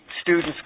students